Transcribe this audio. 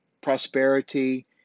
prosperity